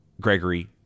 Gregory